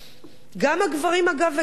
גם הגברים, אגב, וגם הנשים.